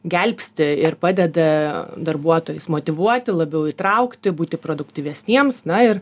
gelbsti ir padeda darbuotojus motyvuoti labiau įtraukti būti produktyvesniems na ir